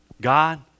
God